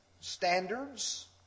Standards